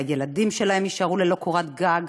והילדים שלהן יישארו ללא קורת גג,